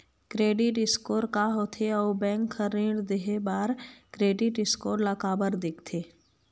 Credit score का होथे अउ बैंक हर ऋण देहे बार क्रेडिट स्कोर ला काबर देखते?